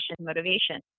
motivation